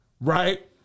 right